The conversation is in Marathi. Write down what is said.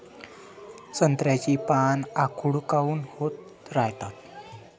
संत्र्याची पान आखूड काऊन होत रायतात?